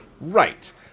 Right